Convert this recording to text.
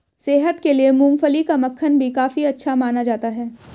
सेहत के लिए मूँगफली का मक्खन भी काफी अच्छा माना जाता है